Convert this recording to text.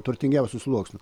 turtingiausių sluoksnių